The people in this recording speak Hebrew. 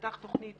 תיפתח תכנית